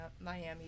Miami